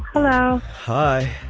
hello hi.